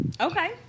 okay